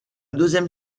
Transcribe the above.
deuxième